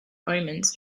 omens